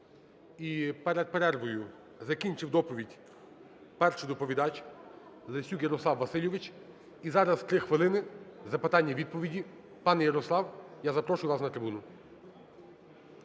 перед перервою закінчив доповідь перший доповідач Лесюк Ярослав Васильович, і зараз 3 хвилини – запитання-відповіді. Пане Ярослав, я запрошую вас на трибуну.